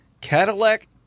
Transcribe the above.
Cadillac